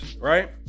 right